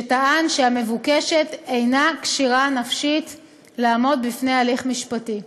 שטען שהמבוקשת אינה כשירה נפשית לעמוד בפני הליך משפטי.